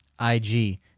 IG